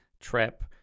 trap